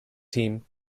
team